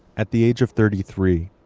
at the age of thirty three,